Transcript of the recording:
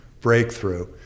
breakthrough